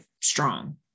strong